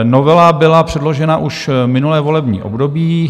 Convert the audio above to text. Novela byla předložena už v minulém volebním období.